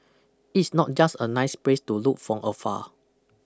it's not just a nice place to look from afar